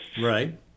Right